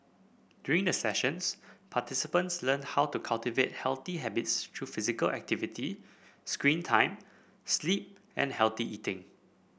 during the sessions participants learn how to cultivate healthy habits through physical activity screen time sleep and healthy eating